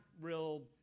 real